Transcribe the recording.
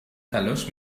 تلاش